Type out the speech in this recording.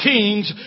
Kings